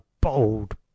bold